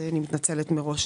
אני מתנצלת מראש.